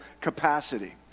capacity